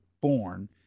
born